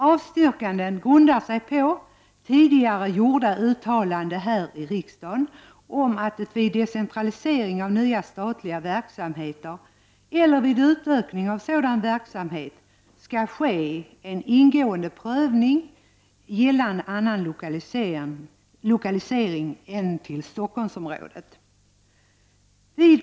Avstyrkandena grundar sig på tidigare gjorda uttalanden här i riksdagen om att det vid decentralisering av ny statlig verksamhet eller vid utökning av sådan verksamhet skall ske en ingående prövning gällande annan lokalisering än till Stockholmsområdet.